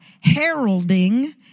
heralding